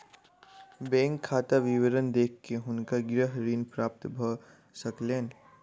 bank खाता विवरण देख के हुनका गृह ऋण प्राप्त भ सकलैन